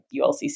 ULCC